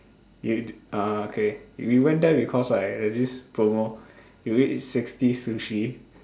we eat uh okay we went there because like there's this promo if you eat sixty sushi